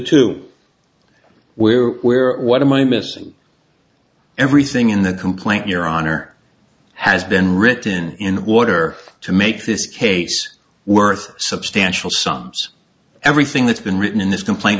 two where where or what am i missing everything in the complaint your honor has been written in order to make this case worth substantial sums everything that's been written in this complain